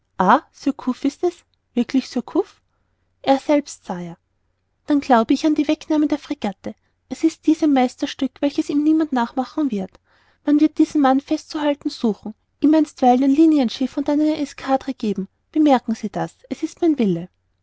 ist es wirklich surcouf er selbst sire dann glaube ich an die wegnahme der fregatte es ist dies ein meisterstück welches ihm niemand nachmachen wird man wird diesen mann festzuhalten suchen ihm einstweilen ein linienschiff und dann eine escadre geben bemerken sie sich das es ist mein wille